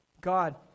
God